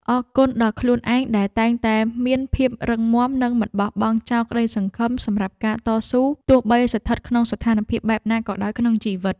អរគុណដល់ខ្លួនឯងដែលតែងតែមានភាពរឹងមាំនិងមិនបោះបង់ចោលក្ដីសង្ឃឹមសម្រាប់ការតស៊ូទោះបីស្ថិតក្នុងស្ថានភាពបែបណាក៏ដោយក្នុងជីវិត។